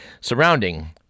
surrounding